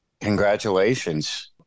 Congratulations